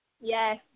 Yes